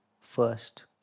first